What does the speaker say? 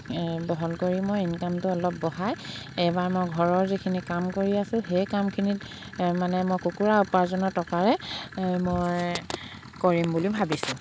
বহল কৰি মই ইনকামটো অলপ বঢ়াই এইবাৰ মই ঘৰৰ যিখিনি কাম কৰি আছোঁ সেই কামখিনিত মানে মই কুকুৰা উপাৰ্জনৰ টকাৰে মই কৰিম বুলি ভাবিছোঁ